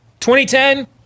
2010